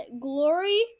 Glory